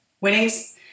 winnings